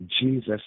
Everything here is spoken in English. Jesus